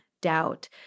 doubt